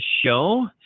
Show